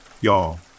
Y'all